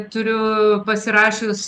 turiu pasirašius